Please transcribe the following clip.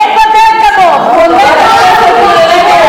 אין מודל כמוך, מודל זועבי הוא המודל.